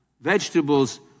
vegetables